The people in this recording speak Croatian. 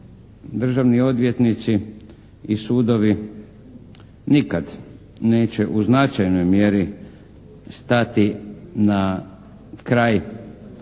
državni odvjetnici i sudovi nikad neće u značajnoj mjeri stati na kraj korupciji